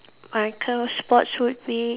my kind of sports would be